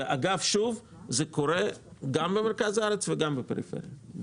ושוב, זה קורה גם במרכז הארץ וגם בפריפריה.